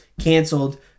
canceled